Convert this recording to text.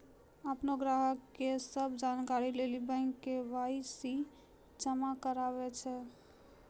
अपनो ग्राहको के सभ जानकारी लेली बैंक के.वाई.सी जमा कराबै छै